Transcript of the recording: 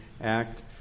act